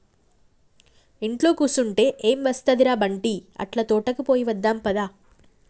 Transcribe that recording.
ఇంట్లో కుసంటే ఎం ఒస్తది ర బంటీ, అట్లా తోటకి పోయి వద్దాం పద